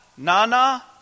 Nana